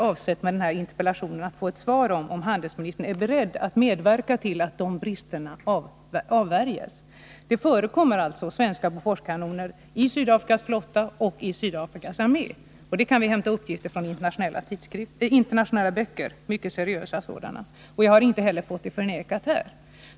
Vad jag med denna interpellation har avsett är att få ett besked om handelsministern är beredd att medverka till att de bristerna undanröjs. Det förekommer som sagt svenska Boforskanoner i Sydafrikas flotta och i Sydafrikas armé. Det kan vi hämta uppgifter om i internationella, mycket seriösa böcker. Jag har inte heller fått det förnekat här.